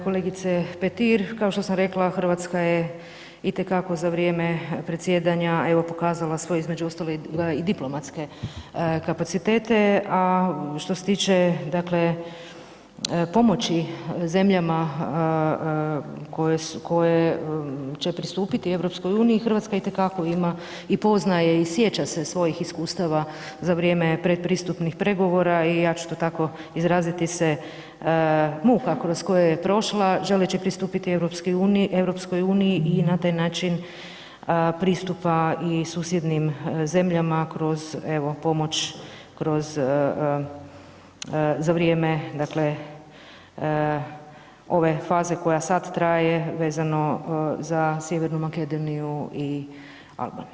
Kolegice Petir kao što sam rekla Hrvatska je itekako za vrijeme predsjedanja evo pokazala svoj između ostaloga i diplomatske kapacitete, a što se tiče dakle pomoći zemljama koje će pristupiti EU, Hrvatska itekako ima i pozna se i sjeća se svojih iskustava za vrijeme predpristupnih pregovora i ja ću to tako izraziti se, muka kroz koju je prošla želeći pristupiti EU i na taj način pristupa i susjednim zemljama kroz evo pomoć, kroz za vrijeme dakle ove faze koja sad traje vezano za Sjevernu Makedoniju i Albaniju.